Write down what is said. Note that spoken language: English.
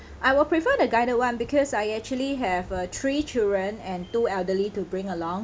I will prefer the guided one because I actually have uh three children and two elderly to bring along